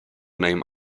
name